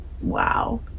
Wow